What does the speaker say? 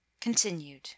Continued